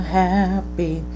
happy